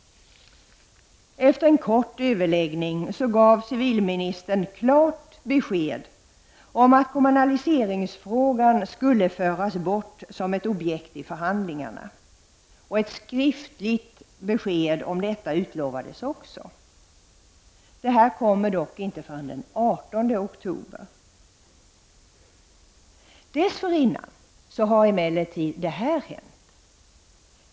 Efter en kort överläggning gav civilministern klart besked om att kommunaliseringsfrågan skulle föras bort som ett objekt i förhandlingarna. Ett skriftligt besked om detta utlovades också. Det kom dock inte förrän den 18 oktober. Dessförinnan har emellertid det här hänt.